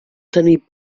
tenir